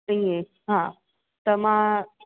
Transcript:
ईअं हा त मां